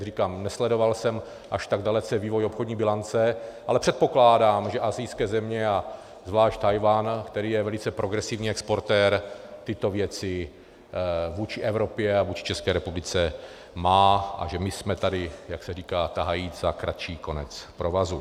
Říkám, nesledoval jsem až tak dalece vývoj obchodní bilance, ale předpokládám, že asijské země a zvlášť Tchajwan, který je velice progresivní exportér, tyto věci vůči Evropě a vůči České republice má, a že my jsme tady ti, kteří tahají, jak se říká, za kratší konec provazu.